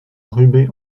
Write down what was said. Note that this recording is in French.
rubé